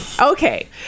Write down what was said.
okay